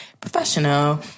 professional